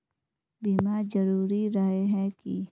बीमा जरूरी रहे है की?